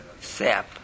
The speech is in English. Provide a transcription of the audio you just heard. sap